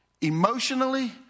emotionally